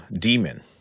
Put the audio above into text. demon